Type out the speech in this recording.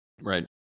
right